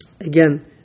Again